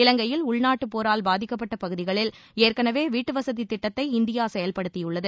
இலங்கையில் உள்நாட்டு போரால் பாதிக்கப்பட்ட பகுதிகளில் ஏற்கனவே வீட்டுவசதி திட்டத்தை இந்தியா செயல்படுத்தியது